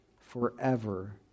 forever